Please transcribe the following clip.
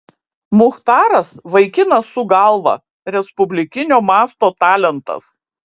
muchtaras vaikinas su galva respublikinio masto talentas